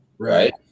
right